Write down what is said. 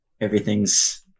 everything's